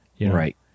Right